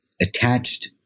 attached